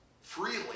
freely